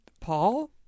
Paul